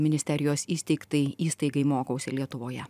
ministerijos įsteigtai įstaigai mokausi lietuvoje